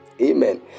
Amen